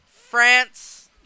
France